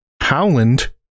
Howland